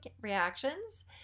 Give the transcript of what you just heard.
reactions